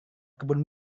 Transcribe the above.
kebun